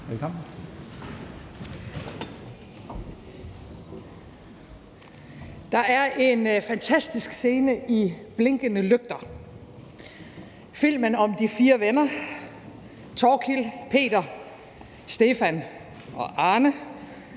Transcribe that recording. Der er en fantastisk scene i »Blinkende lygter«, filmen om de fire venner Torkild, Peter, Stefan og Arne,